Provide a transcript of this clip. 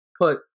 put